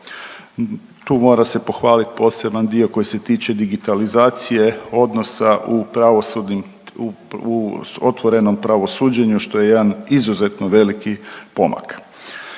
Tu mora se pohvalit poseban dio koji se tiče digitalizacije odnosa u pravosudnim u otvorenom pravosuđenju što je jedan izuzetno veliki pomak.